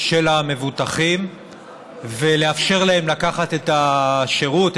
של המבוטחים ולאפשר להם לקחת את השירות,